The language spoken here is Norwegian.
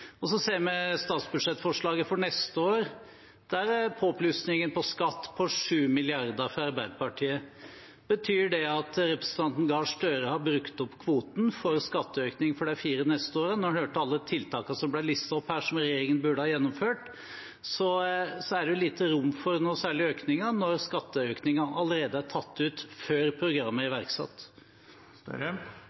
Og så ser vi at i statsbudsjettforslaget for neste år er påplussingen på skatt fra Arbeiderpartiet på 7 mrd. kr. Betyr det at representanten Støre har brukt opp kvoten for skatteøkning for de fire neste årene? Når en hørte alle tiltakene som ble listet opp her, som regjeringen burde ha gjennomført, er det jo lite rom for noe særlig økning når skatteøkningen allerede er tatt ut før programmet er iverksatt.